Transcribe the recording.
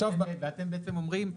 ברגע שאנחנו מונעים בחוק,